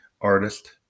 artist